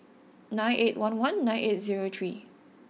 nine eight one one nine eight zero three